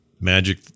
magic